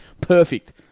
Perfect